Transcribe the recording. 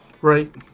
right